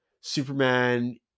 superman